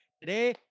Today